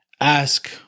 ask